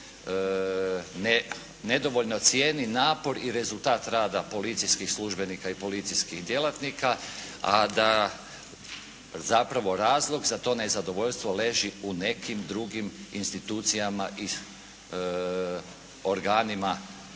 ili nedovoljno cijeni napor i rezultat rada policijskih službenika i policijskih djelatnika, a da zapravo razlog za to nezadovoljstvo leži u nekim drugim institucijama i organima